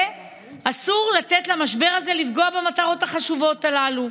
ואסור לתת למשבר הזה לפגוע במטרות החשובות הללו.